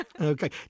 Okay